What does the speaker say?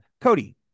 Cody